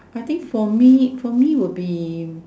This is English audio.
I think for me for me will be